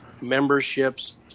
memberships